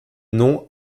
nom